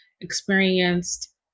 experienced